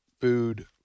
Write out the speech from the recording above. food